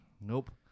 nope